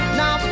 now